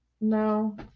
No